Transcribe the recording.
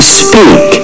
speak